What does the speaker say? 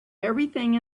everything